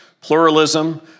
pluralism